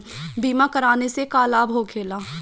बीमा कराने से का लाभ होखेला?